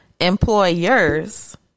employers